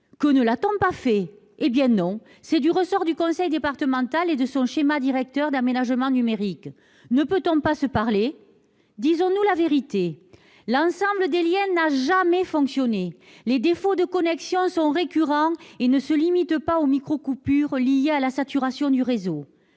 Que ne l'a-t-on pas fait ? Eh bien, non ! C'est du ressort du conseil départemental et de son schéma directeur d'aménagement numérique. Ne peut-on pas se parler ? Disons-nous la vérité : l'ensemble des liens n'a jamais fonctionné. Les défauts de connexion sont récurrents et ne se limitent pas aux microcoupures liées à la saturation du réseau.